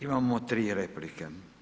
Imamo 3 replike.